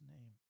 name